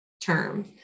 term